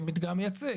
של מדגם מייצג,